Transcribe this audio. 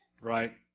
right